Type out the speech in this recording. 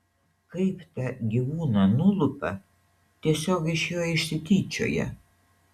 kaip tą gyvūną nulupa tiesiog iš jo išsityčioja